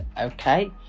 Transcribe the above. okay